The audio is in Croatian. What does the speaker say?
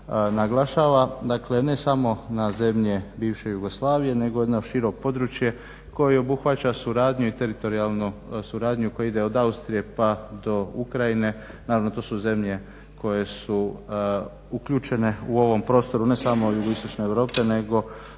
naglašava, dakle ne samo na zemlje bivše Jugoslavije nego i na šire područje koje obuhvaća suradnju i teritorijalnu suradnju koja ide od Austrije pa do Ukrajine. Naravno to su zemlje koje su uključene u ovom prostoru ne samo jugoistočne